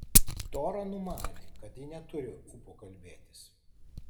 tora numanė kad ji neturi ūpo kalbėtis